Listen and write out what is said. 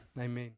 amen